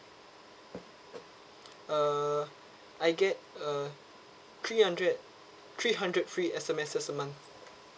uh I get uh three hundred three hundred free S_M_S a month